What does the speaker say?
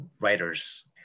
writers